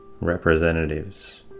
Representatives